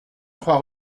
trois